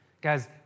Guys